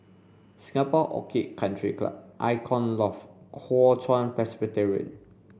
Singapore Orchid Country Club Icon Loft Kuo Chuan Presbyterian